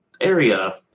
area